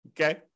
okay